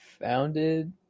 Founded